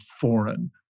foreign